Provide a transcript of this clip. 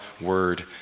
word